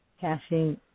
Cashing